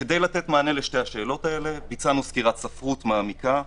כדי לתת מענה לשתי השאלות האלה ביצענו סקירת ספרות מעמיקה.